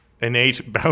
innate